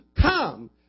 come